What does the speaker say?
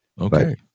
Okay